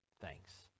thanks